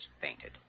fainted